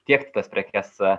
tiekti tas prekes